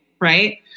right